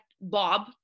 Bob